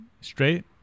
Straight